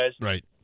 Right